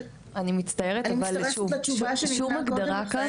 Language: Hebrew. אני מצטרפת לתשובה שניתנה קודם לכן.